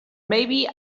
maybe